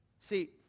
See